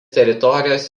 teritorijos